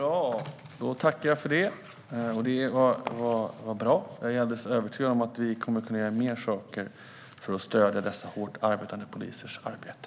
Fru ålderspresident! Bra, då tackar jag för det! Jag är alldeles övertygad om att vi kommer att kunna göra mer saker för att stödja dessa hårt arbetande poliser i deras arbete.